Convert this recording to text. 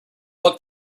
hook